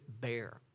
bare